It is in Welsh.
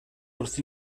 wrth